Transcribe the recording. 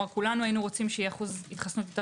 כולנו היינו רוצים שיהיה אחוז התחסנות יותר